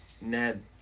Ned